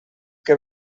que